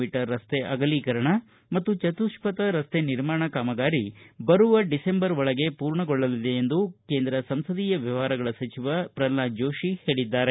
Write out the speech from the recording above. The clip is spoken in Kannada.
ಮಿ ರಸ್ತೆ ಅಗಲೀಕರಣ ಮತ್ತು ಚತುಪ್ಪಥ ರಸ್ತೆ ನಿರ್ಮಾಣ ಕಾಮಗಾರಿ ಬರುವ ಡಿಸೆಂಬರ್ ಒಳಗೆ ಪೂರ್ಣಗೊಳ್ಳಲಿದೆ ಎಂದು ಕೇಂದ್ರ ಸಂಸದೀಯ ವ್ವವಹಾರ ಸಚಿವ ಪ್ರಹ್ಲಾದ ಜೋಶಿ ಹೇಳಿದ್ದಾರೆ